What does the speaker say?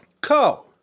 Co